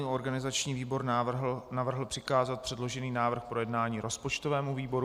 Organizační výbor navrhl přikázat předložený návrh k projednání rozpočtovému výboru.